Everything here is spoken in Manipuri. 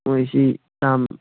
ꯃꯣꯏ ꯁꯤ ꯌꯥꯝ